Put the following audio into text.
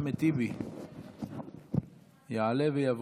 חבר הכנסת אחמד טיבי יעלה ויבוא.